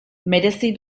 merezi